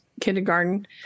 kindergarten